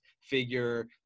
figure